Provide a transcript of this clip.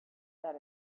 that